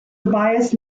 tobias